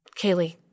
Kaylee